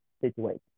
situation